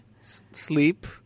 Sleep